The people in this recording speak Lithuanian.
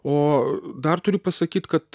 o dar turiu pasakyt kad